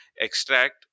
extract